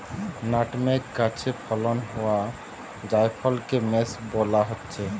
nutmeg গাছে ফলন হোয়া জায়ফলকে মেস বোলা হচ্ছে